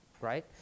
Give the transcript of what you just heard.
right